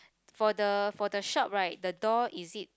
for the for the shop right the door is it